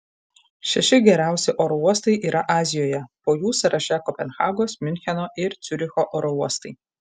šeši geriausi oro uostai yra azijoje po jų sąraše kopenhagos miuncheno ir ciuricho oro uostai